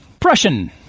Prussian